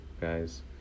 guys